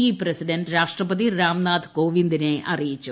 E president രാഷ്ട്രപതി രാംനാഥ് കോവിന്ദിനെ അറിയിച്ചു